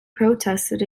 protested